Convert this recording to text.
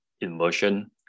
inversion